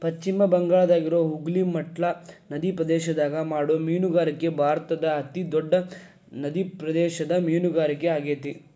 ಪಶ್ಚಿಮ ಬಂಗಾಳದಾಗಿರೋ ಹೂಗ್ಲಿ ಮಟ್ಲಾ ನದಿಪ್ರದೇಶದಾಗ ಮಾಡೋ ಮೇನುಗಾರಿಕೆ ಭಾರತದ ಅತಿ ದೊಡ್ಡ ನಡಿಪ್ರದೇಶದ ಮೇನುಗಾರಿಕೆ ಆಗೇತಿ